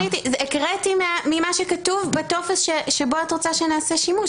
הקראתי ממה שכתוב בטופס שבו את רוצה שנעשה שימוש.